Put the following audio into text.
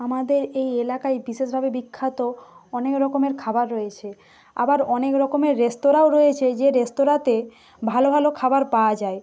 আমাদের এই এলাকায় বিশেষভাবে বিখ্যাত অনেক রকমের খাবার রয়েছে আবার অনেক রকমের রেস্তোরাঁও রয়েছে যে রেস্তোরাঁতে ভালো ভালো খাবার পাওয়া যায়